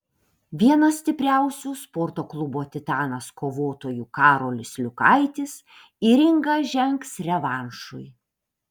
vienas stipriausių sporto klubo titanas kovotojų karolis liukaitis į ringą žengs revanšui